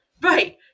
Right